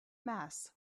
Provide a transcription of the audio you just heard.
mass